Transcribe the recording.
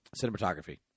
Cinematography